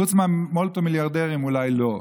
חוץ מהמולטי-מיליארדרים שאולי לא,